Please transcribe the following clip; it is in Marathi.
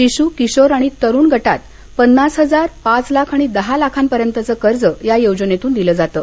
शिशू किशोर आणि तरुण गटात पन्नास हजार पाच लाख आणि दहा लाखांपर्यंतचं कर्ज या योजनेतून दिलं जातं